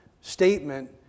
statement